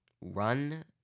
run